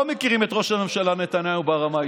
לא מכירים את ראש הממשלה נתניהו ברמה האישית,